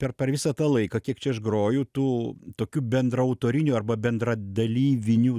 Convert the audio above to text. per per visą tą laiką kiek čia aš groju tų tokių bendraautorinių arba bendradalyvinių